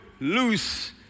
loose